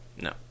No